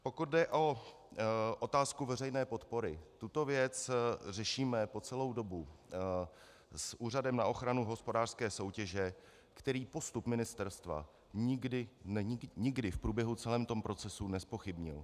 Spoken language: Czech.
Pokud jde o otázku veřejné podpory, tuto věc řešíme po celou dobu s Úřadem na ochranu hospodářské soutěže, který postup ministerstva nikdy v průběhu celého toho procesu nezpochybnil.